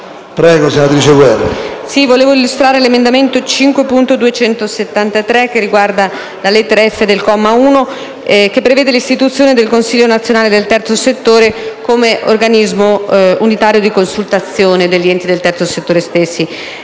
Presidente, vorrei illustrare l'emendamento 5.273, che riguarda la lettera *f)* del comma 1, che prevede l'istituzione del consiglio nazionale del terzo settore come organismo unitario di consultazione degli enti del terzo settore.